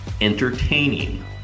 entertaining